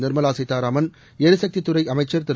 நிர்மலாசீதாராமன் ளரிசக்தி துறை அமைச்சர்திரு